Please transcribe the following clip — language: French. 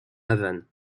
havane